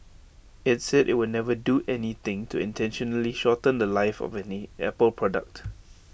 IT said IT would never do anything to intentionally shorten The Life of any Apple product